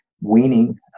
weaning